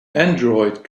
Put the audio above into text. android